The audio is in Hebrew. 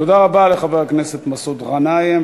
תודה רבה לחבר הכנסת מסעוד גנאים.